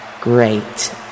great